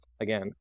Again